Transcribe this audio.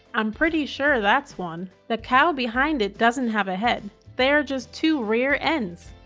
i'm pretty sure that's one. the cow behind it doesn't have a head. there are just two rear ends.